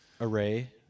Array